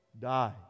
die